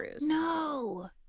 No